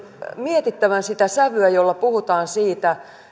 mietittävän sitä sävyä jolla puhutaan siitä